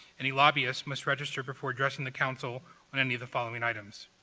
any lobbyists must register before addressing the council on any of the following items.